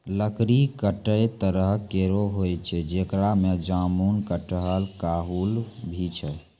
लकड़ी कत्ते तरह केरो होय छै, जेकरा में जामुन, कटहल, काहुल भी छै